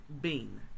Bean